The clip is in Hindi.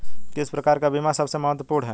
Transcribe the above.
किस प्रकार का बीमा सबसे महत्वपूर्ण है?